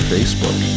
Facebook